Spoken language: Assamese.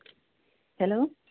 হেল্ল'